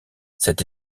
cette